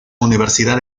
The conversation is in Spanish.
universidad